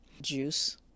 juice